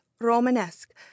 Romanesque